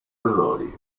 errori